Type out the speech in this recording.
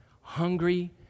hungry